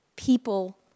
People